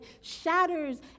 shatters